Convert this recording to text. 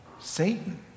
Satan